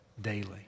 daily